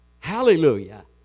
Hallelujah